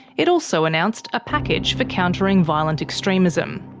it also announced a package for countering violent extremism.